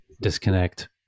disconnect